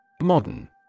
Modern